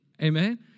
Amen